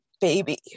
baby